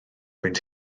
fynd